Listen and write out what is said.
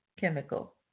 chemical